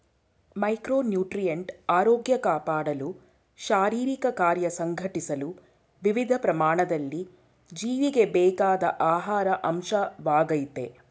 micronutrient ಆರೋಗ್ಯ ಕಾಪಾಡಲು ಶಾರೀರಿಕಕಾರ್ಯ ಸಂಘಟಿಸಲು ವಿವಿಧ ಪ್ರಮಾಣದಲ್ಲಿ ಜೀವಿಗೆ ಬೇಕಾದ ಆಹಾರ ಅಂಶವಾಗಯ್ತೆ